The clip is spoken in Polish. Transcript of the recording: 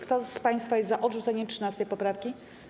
Kto z państwa jest za odrzuceniem 13. poprawki?